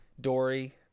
Dory